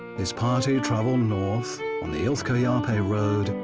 his party traveled north on the ilthkoyape road,